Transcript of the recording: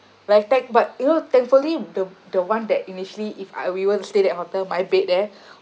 like I thank but you know thankfully the the one that initially if I we were to stay that hotel my bed there